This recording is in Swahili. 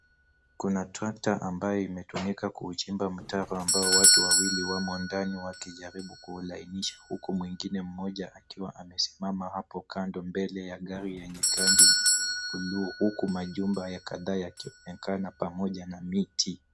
Kuna trakta ambayo imetumika kuchimba mtaro ambao watu wawili wamo ndani wakijaribu kulainisha huku mwingine mmoja akiwa amesimama hapo kando mbele ya gari yenye rangi ya buluu huku majumba ya kadhaa yakionekana pamoja na miti.